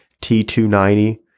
t290